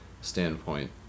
standpoint